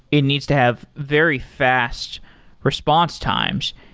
it needs to have very fast response times.